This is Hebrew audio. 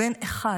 ואין אחד